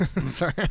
Sorry